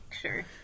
Sure